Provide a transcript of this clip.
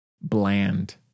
bland